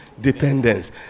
dependence